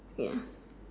ya